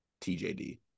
TJD